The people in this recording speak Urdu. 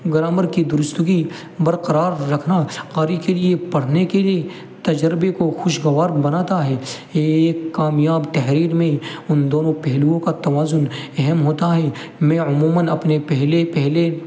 گرامر کی درستگی برقرار رکھنا قاری کے لیے پڑھنے کے لیے تجربے کو خوش گوار بناتا ہے یہ ایک کامیاب تحریر میں ان دونوں پہلوؤں کا توازن اہم ہوتا ہے میں عموماً اپنے پہلے پہلے